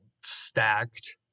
stacked